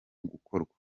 gukorwa